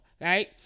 right